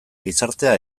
gizartea